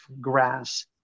grass